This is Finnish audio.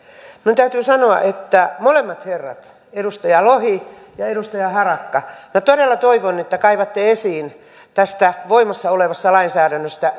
minun täytyy sanoa molemmat herrat edustaja lohi ja edustaja harakka minä todella toivon että kaivatte esiin tästä voimassa olevasta lainsäädännöstä